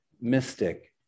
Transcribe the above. mystic